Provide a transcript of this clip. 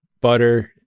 butter